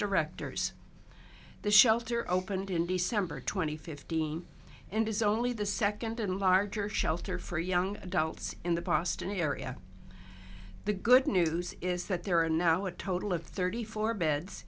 directors the shelter opened in december two thousand and fifteen and is only the second and larger shelter for young adults in the boston area the good news is that there are now a total of thirty four beds